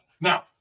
Now